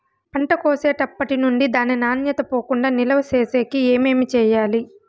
పంట కోసేటప్పటినుండి దాని నాణ్యత పోకుండా నిలువ సేసేకి ఏమేమి చేయాలి?